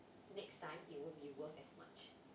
next time it won't be worth as much